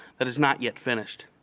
that is not yet finished.